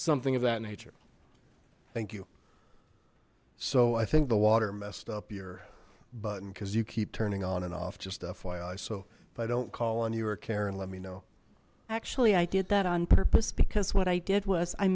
something of that nature thank you so i think the water messed up your button cuz you keep turning on and off just fyi so if i don't call on you or care and let me know actually i did that on purpose because what i did was i